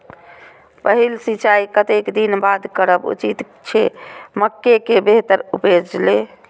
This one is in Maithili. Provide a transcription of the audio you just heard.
पहिल सिंचाई कतेक दिन बाद करब उचित छे मके के बेहतर उपज लेल?